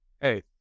Hey